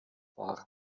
war